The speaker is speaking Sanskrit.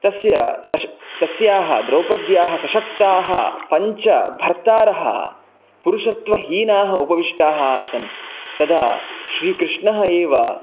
तस्याः द्रौपद्याः सशक्ताः पञ्च भर्तारः पुरुषत्वहीनाः उपविष्टाः आसन् तदा श्रीकृष्णः एव